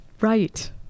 Right